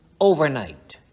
overnight